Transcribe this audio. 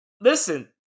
listen